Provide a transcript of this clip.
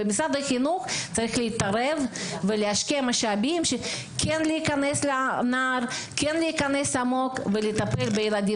משרד החינוך צריך להתערב ולהשקיע משאבים כן להיכנס עמוק ולטפל בילדים.